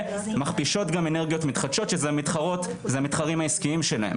ומכפישות גם אנרגיות מתחדשות שזה המתחרים העסקיים שלהם.